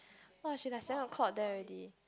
!wah! she like seven o-clock there already